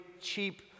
cheap